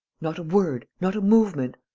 not a word. not a movement.